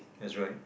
that's right